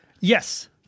Yes